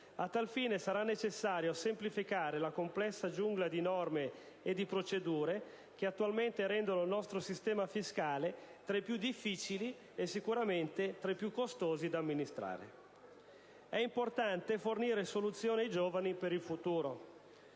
A tal fine, sarà necessario semplificare la complessa giungla di norme e di procedure che attualmente rende il nostro sistema fiscale tra i più difficili e costosi da amministrare. E' importante fornire soluzioni ai giovani per il futuro,